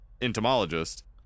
entomologist